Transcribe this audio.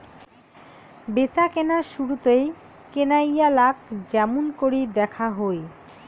ব্যাচাকেনার শুরুতেই কেনাইয়ালাক য্যামুনকরি দ্যাখা হয়